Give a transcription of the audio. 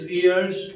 ears